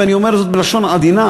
ואני אומר זאת בלשון עדינה.